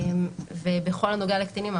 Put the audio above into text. בכל הנוגע לקטינים,